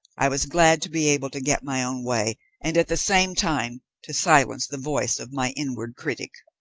i was glad to be able to get my own way and at the same time to silence the voice of my inward critic.